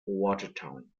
watertown